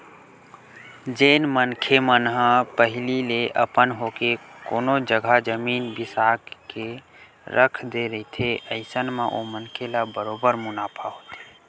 जेन मनखे मन ह पहिली ले अपन होके कोनो जघा जमीन बिसा के रख दे रहिथे अइसन म ओ मनखे ल बरोबर मुनाफा होथे